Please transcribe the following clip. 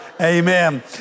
Amen